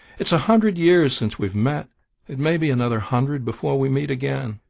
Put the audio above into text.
it's a hundred years since we've met it may be another hundred before we meet again.